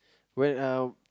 went out